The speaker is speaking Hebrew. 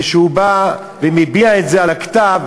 כשהוא בא ומביע את זה על הכתב,